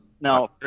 no